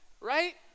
right